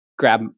grab